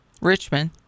Richmond